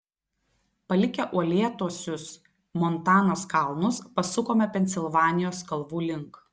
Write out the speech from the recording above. palikę uolėtuosius montanos kalnus pasukome pensilvanijos kalvų link